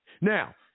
Now